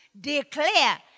declare